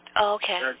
okay